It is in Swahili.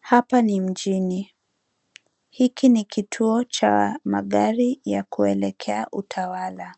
Hapa ni mjini. Hiki ni kituo cha magari ya kuelekea utawala.